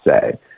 say